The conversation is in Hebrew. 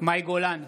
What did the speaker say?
מאי גולן,